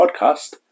podcast